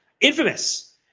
infamous